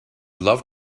loved